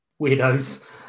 weirdos